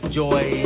joy